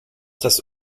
das